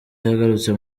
yaragarutse